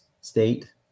State